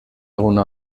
una